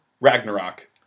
Ragnarok